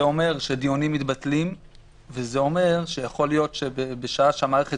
זה אומר שדיונים מתבטלים ויכול להיות שבשעה שהמערכת